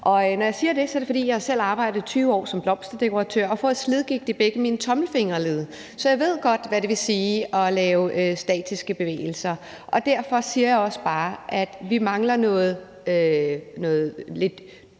Når jeg siger det, er det, fordi jeg selv har arbejdet i 20 år som blomsterdekoratør og fået slidgigt i begge mine tommelfingerled, så jeg ved godt, hvad det vil sige at lave statisk arbejde med gentagne bevægelser. Derfor siger jeg også bare, at vi mangler noget lidt